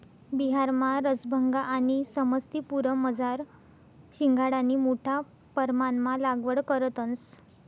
बिहारमा रसभंगा आणि समस्तीपुरमझार शिंघाडानी मोठा परमाणमा लागवड करतंस